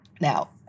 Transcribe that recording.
Now